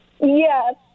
Yes